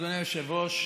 אדוני היושב-ראש,